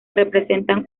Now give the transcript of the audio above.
representan